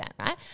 right